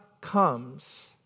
comes